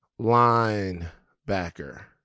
linebacker